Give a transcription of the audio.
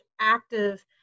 active